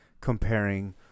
comparing